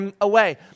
away